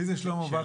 מי זה שלמה ועקנין?